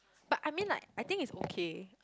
but I mean like I think it's okay